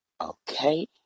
okay